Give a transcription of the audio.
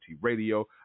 Radio